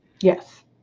Yes